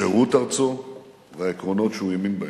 שירות ארצו והעקרונות שהוא האמין בהם.